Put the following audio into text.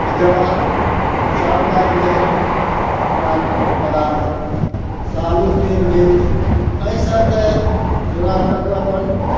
तकर बाद चाउर दालि भेल अनाज पदार्थ साबुन तेल भेल एहि सब से जोगार कऽ कऽ अपन